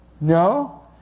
No